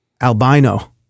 albino